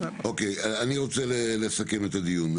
אני רוצה לסכם את הדיון.